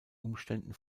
umständen